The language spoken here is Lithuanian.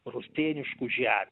rustėniškų žemių